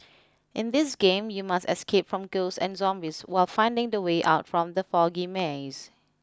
in this game you must escape from ghosts and zombies while finding the way out from the foggy maze